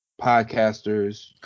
podcasters